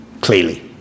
clearly